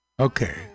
Okay